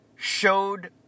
showed